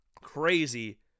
crazy